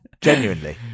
genuinely